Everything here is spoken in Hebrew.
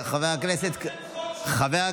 חבר הכנסת קריב,